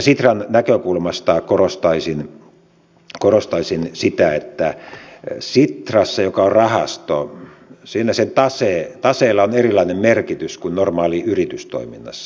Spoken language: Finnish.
sitran näkökulmasta korostaisin sitä että sitrassa joka on rahasto taseella on erilainen merkitys kuin normaalissa yritystoiminnassa